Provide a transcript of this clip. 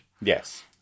Yes